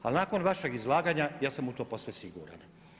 Ali nakon vašeg izlaganja ja sam u to posve siguran.